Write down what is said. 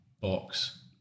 box